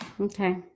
Okay